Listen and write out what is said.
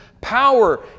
power